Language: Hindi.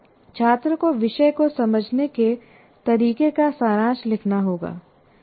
छात्र को विषय को समझने के तरीके का सारांश लिखना होगा